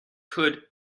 could